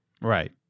Right